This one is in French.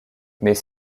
mais